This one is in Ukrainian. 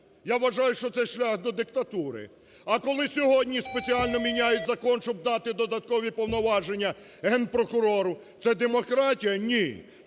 я вважаю, що це шлях до диктатури. А коли сьогодні спеціально міняють закон, щоб дати додаткові повноваження Генпрокурору, це демократія? Ні!